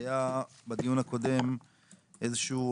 היה בדיון הקודם איזשהו,